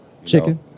Chicken